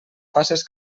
faces